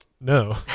No